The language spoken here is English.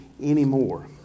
anymore